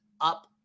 up